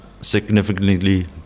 significantly